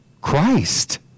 Christ